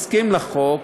מסכימים לחוק,